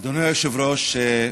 אדוני היושב-ראש,